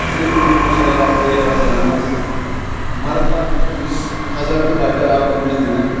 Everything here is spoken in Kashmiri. حضرتِ محمدؐ مرتب یُس تھزر تہٕ بَجر آو تٔمِس دِنہٕ